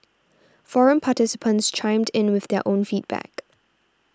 forum participants chimed in with their own feedback